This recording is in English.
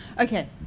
Okay